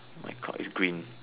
my clock is green